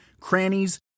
crannies